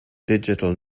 digital